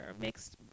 mixed